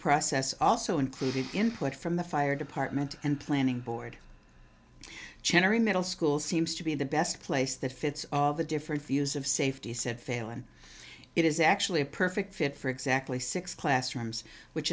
process also included input from the fire department and planning board chinnery middle school seems to be the best place that fits all the different views of safety said failon it is actually a perfect fit for exactly six classrooms which